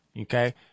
okay